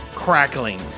Crackling